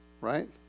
Right